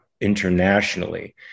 internationally